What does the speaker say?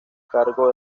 cargo